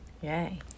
Yay